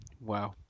Wow